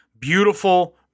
beautiful